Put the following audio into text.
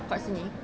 kat sini